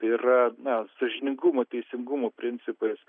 tai yra na sąžiningumo teisingumo principas